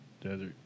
desert